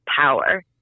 power